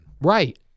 Right